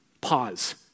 pause